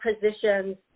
positions